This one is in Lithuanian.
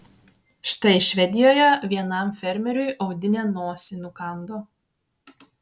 štai švedijoje vienam fermeriui audinė nosį nukando